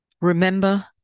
remember